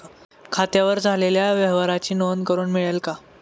खात्यावर झालेल्या व्यवहाराची नोंद करून मिळेल का?